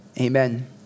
Amen